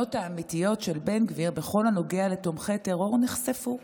הכוונות האמיתיות של בן גביר בכל הנוגע לתומכי טרור נחשפו.